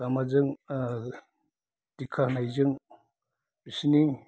माबाजों दिक्षा होनायजों बिसिनि